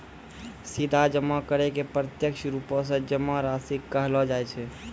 सीधा जमा करै के प्रत्यक्ष रुपो से जमा राशि कहलो जाय छै